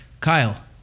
Kyle